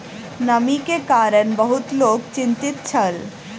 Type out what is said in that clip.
नमी के कारण बहुत लोक चिंतित छल